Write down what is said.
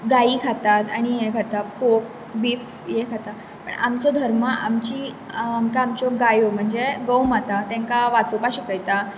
गाई खातात आनी हें खाता पोक बीफ हें खाता पूण आमचो धर्म आमची आमकां आमच्यो गायो म्हणजे गोव माता तांकां वाचोवपा शिकयता